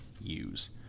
use